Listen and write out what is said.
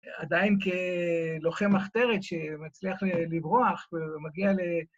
עדיין כלוחם מחתרת שמצליח לברוח ומגיע ל...